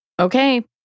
Okay